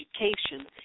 education